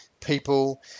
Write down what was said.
people